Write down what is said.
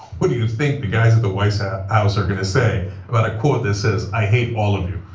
what do you think the guys at the white house are going to say about a quote that says i hate all of you?